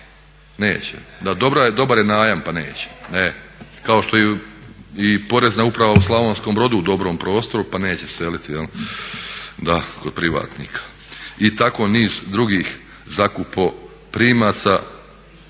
Neće. Da, dobar je najam pa neće kao što Porezna uprava u Slavonskom Brodu u dobrom prostoru pa neće seliti jel' kod privatnika. I tako niz drugih zakupoprimaca